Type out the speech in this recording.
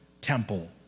temple